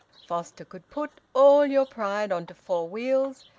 foster could put all your pride on to four wheels,